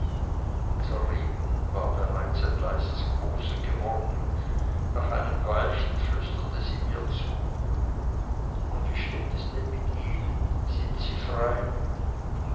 unser reden war bereits ein leises kosen geworden nach einem weilchen flüsterte sie mir zu und wie steht es denn mit ihnen sind sie frei